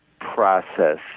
process